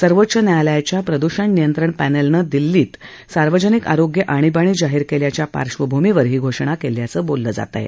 सर्वोच्च न्यायालयाच्या प्रदूषण नियंत्रण पॅनेलनं दिल्ली इथं सार्वजनिक आरोग्य आणीबाणी जाहीर केल्याच्या पार्बभूमीवर ही घोषणा केल्याचं बोललं जातंय